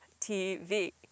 TV